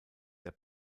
der